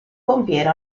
pompiere